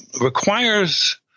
requires